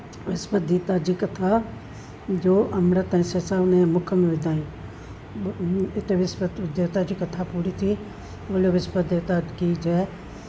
विस्पति देवता जी कथा जो अमृत ऐं सेसा हुनजे मुख में विधाईं हिते विस्पति देवता जी कथा पूरी थी बोलो विस्पति देवता की जय